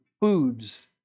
foods